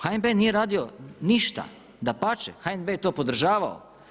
HNB nije radio ništa, dapače, HNB je to podržavao.